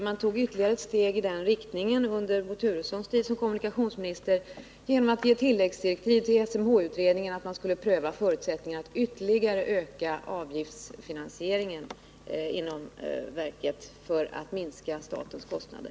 Man tog ytterligare ett steg i den riktningen under Bo Turessons tid som kommunikationsminister genom att ge tilläggsdirektiv till SMHI-utredningen att pröva förutsättningarna för att ytterligare öka avgiftsfinansieringen inom verket för att därmed minska statens kostnader.